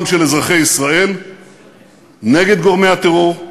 של אזרחי ישראל נגד גורמי הטרור.